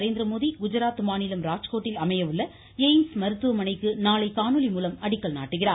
நரேந்திரமோடி குஜராத் மாநிலம் ராஜ்கோட்டில் அமைய உள்ள எய்ம்ஸ் மருத்துவமனைக்கு நாளை காணொலி மூலம் அடிக்கல் நாட்டுகிறார்